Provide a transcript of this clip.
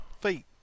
feet